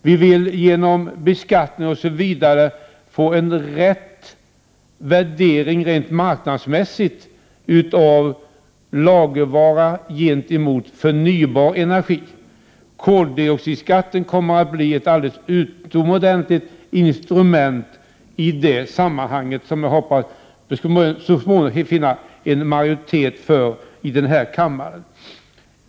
Vi vill genom beskattning osv. få en riktig värdering rent marknadsmässigt av lagervara gentemot förnybar energi. Koldioxidskatten kommer att bli ett utomordentligt bra instrument i detta sammanhang. Jag hoppas att man så småningom skall uppnå en majoritet i denna kammare för detta förslag.